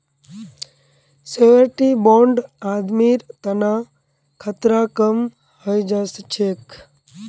surety bond आदमीर तना खतरा कम हई जा छेक